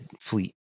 Fleet